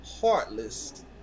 heartless